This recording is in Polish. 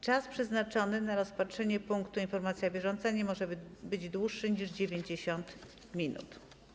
Czas przeznaczony na rozpatrzenie punktu: Informacja bieżąca nie może być dłuższy niż 90 minut.